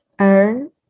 earn